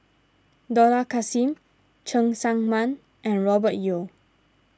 Dollah Kassim Cheng Tsang Man and Robert Yeo